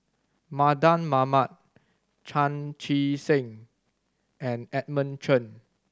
Mardan Mamat Chan Chee Seng and Edmund Chen